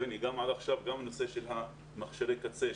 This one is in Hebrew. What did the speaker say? גם בנושא מכשירי הקצה,